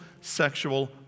sexual